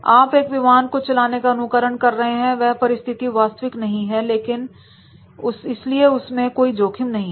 आप एक विमान को चलाने का अनुकरण कर रहे हैं और वह परिस्थिति वास्तविक नहीं है इसलिए उसमें कोई जोखिम नहीं है